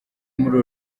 muri